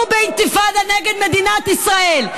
שהיו באינתיפאדה נגד מדינת ישראל,